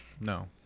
No